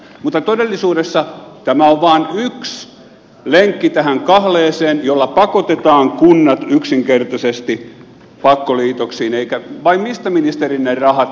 mutta todellisuudessa tämä on vain yksi lenkki tähän kahleeseen jolla pakotetaan kunnat yksinkertaisesti pakkoliitoksiin vai mistä ministeri ne rahat tulevat